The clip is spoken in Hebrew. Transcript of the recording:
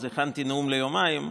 אז הכנתי נאום ליומיים,